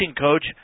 coach